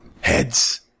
heads